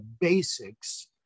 basics